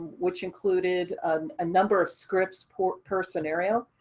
which included a number of scripts per per scenario.